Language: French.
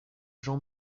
jean